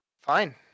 Fine